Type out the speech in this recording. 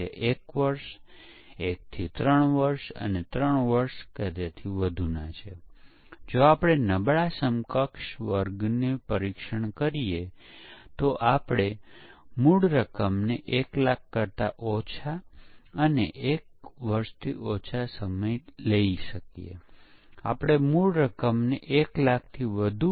તેથી water fall મોડેલનો ઉપયોગ કરીએ તો પરીક્ષક બાકીનો સમય શું કરે કેમ કે ખરેખર અંતમાં જ પરીક્ષકોની જરૂર હોય છે અને આપણે કહ્યું હતું કે આપણી પાસે મોટી સંખ્યામાં પરીક્ષકો છે તો તેઓ વોટરફોલ મોડેલમાં ડેવલપમેંટ ચક્રના પ્રારંભિક ભાગમાં શું કરશે